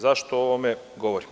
Zašto o ovome govorim?